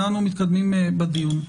אנחנו מתקדמים בדיון,